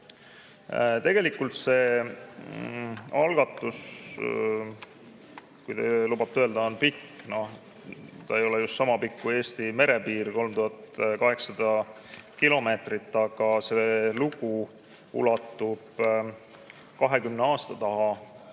kaasates. Tegelikult see algatus, kui te lubate öelda, on pikk. No ta ei ole just sama pikk kui Eesti merepiir, 3800 kilomeetrit, aga see lugu ulatub 20 aasta taha.